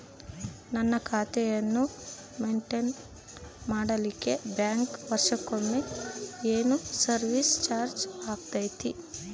ನನ್ನ ಖಾತೆಯನ್ನು ಮೆಂಟೇನ್ ಮಾಡಿಲಿಕ್ಕೆ ಬ್ಯಾಂಕ್ ವರ್ಷಕೊಮ್ಮೆ ಏನು ಸರ್ವೇಸ್ ಚಾರ್ಜು ಹಾಕತೈತಿ?